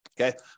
okay